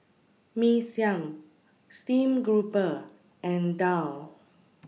Mee Siam Stream Grouper and Daal